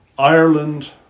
Ireland